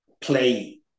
play